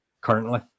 currently